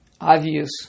obvious